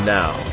now